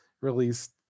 released